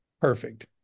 perfect